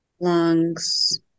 lungs